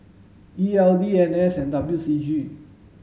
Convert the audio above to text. E L D N and S W C G